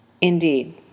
Indeed